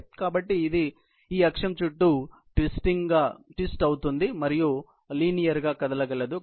కాబట్టి ఇది ఈ అక్షం చుట్టూ మెలితిప్పినట్లుగా ఉంటుంది మరియు సరళంగా కదలగలదు